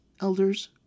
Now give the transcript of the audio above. elders